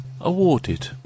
awarded